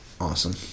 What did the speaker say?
Awesome